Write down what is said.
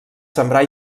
sembrar